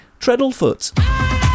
Treadlefoot